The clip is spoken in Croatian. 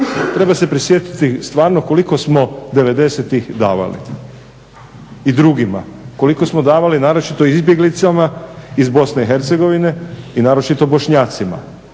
Treba se prisjetiti stvarno koliko smo devedesetih davali i drugima, koliko smo davali naročito izbjeglicama iz Bosne i Hercegovine i naročito Bošnjacima